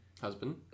Husband